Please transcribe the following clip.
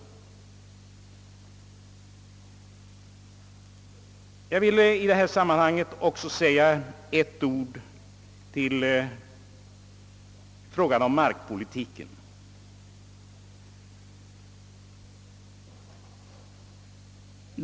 Jag vill också i detta sammanhang säga ett par ord med anledning av frågan om markpolitiken.